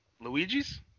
Luigi's